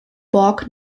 borg